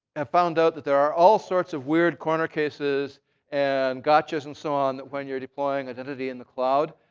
have found out that there are all sorts of weird corner cases and gotchas and so on that when you're deploying identity in the cloud,